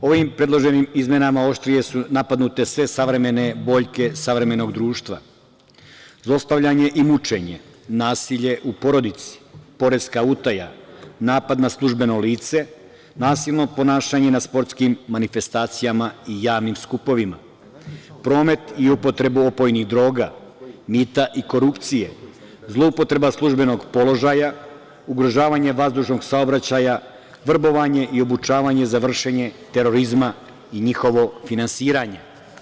Ovim predloženim izmenama oštrije su napadnute sve savremene boljke savremenog društva: zlostavljanje i mučenje, nasilje u porodici, poreska utaja, napad na službeno lice, nasilno ponašanje na sportskim manifestacijama i javnim skupovima, promet i upotreba opojnih droga, mita i korupcije, zloupotreba službenog položaja, ugrožavanje vazdušnog saobraćaja, vrbovanje i obučavanje za vršenje terorizma i njihovo finansiranje.